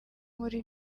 muri